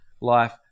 life